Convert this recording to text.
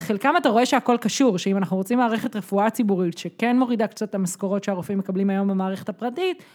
חלקם אתה רואה שהכל קשור, שאם אנחנו רוצים מערכת רפואה ציבורית שכן מורידה קצת את המשכורות שהרופאים מקבלים היום במערכת הפרטית.